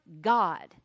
God